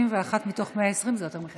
61 מתוך 120 זה יותר מחצי.